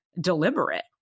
deliberate